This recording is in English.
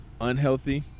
unhealthy